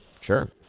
Sure